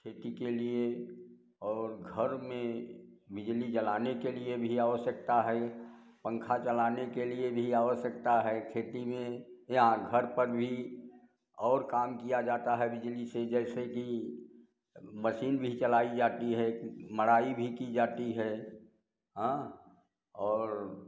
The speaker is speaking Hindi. खेती के लिए और घर में बिजली जलाने के लिए भी आवश्यकता है पंखा चलाने के लिए भी आवश्यकता है खेती में या घर पर भी और काम किया जाता है बिजली से जैसे कि मशीन भी चलाई जाती है मड़ाई भी की जाती है हाँ और